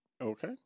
Okay